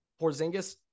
Porzingis